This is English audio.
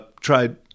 tried